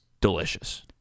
delicious